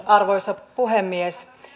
arvoisa puhemies